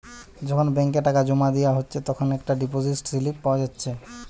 যখন ব্যাংকে টাকা জোমা দিয়া হচ্ছে তখন একটা ডিপোসিট স্লিপ পাওয়া যাচ্ছে